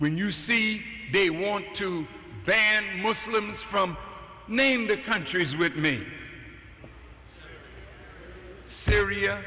when you see they want to ban muslims from named countries with me syria